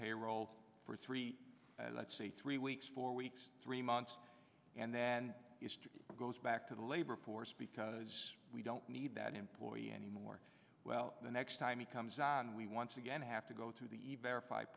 payroll for three let's say three weeks four weeks three months and then yesterday goes back to the labor force because we don't need that employee anymore well the next time he comes on we once again have to go th